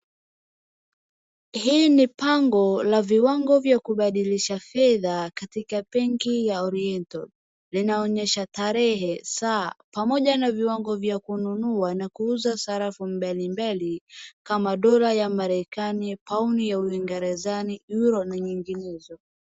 Hii ni bango la viwango vya kubadilisha fedha katika benki la Oriental, linaonyesha tarehe, saa, pamoja na viwango vya kununua na kuuza sarafu mbalimbali kama dola ya Marekani, pouni ya Uingerezani, euro , na nyinginezo